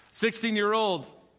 Sixteen-year-old